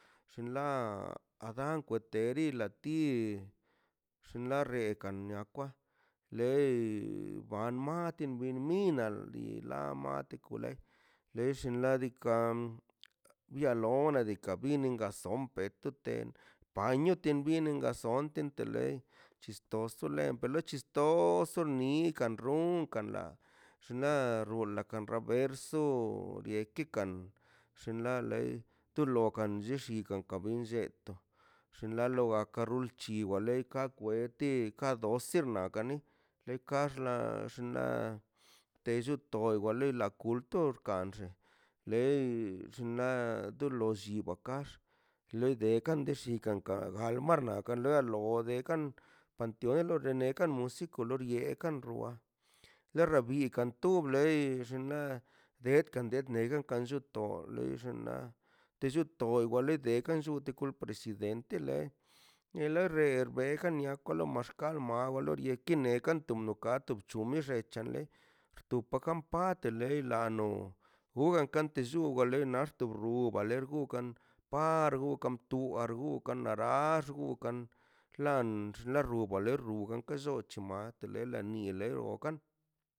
Shin ḻan aga kwanteri ḻatii shin ḻa rrekan nakwan lee ban maati biṉminal dii ḻa mate kule deshi ladi kan bialone diikaꞌn bine gason pettetem baño tem vienen gason tente lei chistoso ḻe per ḻe chistoso ni kan run kan ḻa xnaꞌ rula ka raverso bie kekan xila lei to lo kan lleshinka kabin lle to llinḻa lo karrul chiwalei ka kweti ka doce xnaꞌ ka ni xlleka xnaꞌ-xna' techo to wale la culto kanx ḻei xnaꞌ dolo shiwa kax le de kan de shiykaꞌ ka galə marnaꞌ galə loo de kan panteon o lo renekaꞌ musico loor yeekaꞌ rua lerreb yekaꞌ tub leei xinḻa dedka dednega kanllo to leilla naá tello ton wale de kanllu to culpa deshidente ḻe en la ree bekania kolo mashkalma walo rie keneꞌ kanto mnokato mchu mixechaḻe tu pakanmpate lei ḻa no wugan kante llúu wale narto xubale rguugan par wugan to ar wugan naaraar wugan lan xla xruga ḻe xruga kalle chomal telele niele o kan.